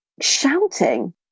shouting